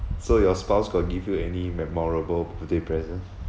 so your spouse got give you any memorable birthday present